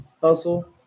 hustle